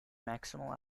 maximal